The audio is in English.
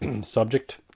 subject